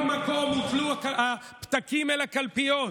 בכל מקום הוטלו הפתקים אל הקלפיות,